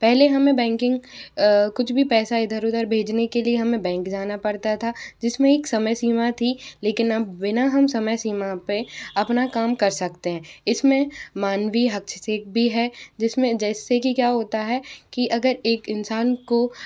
पहले हमें बैकिंग कुछ भी पैसा इधर उधर भेजने के लिए हमें बैंक जाना पड़ता था जिसमें एक समय सीमा थी लेकिन अब बिना हम समय सीमा पे अपना काम कर सकते हैं इसमें मानवी भी है जिसमें जैसे कि क्या होता है कि अगर एक इंसान को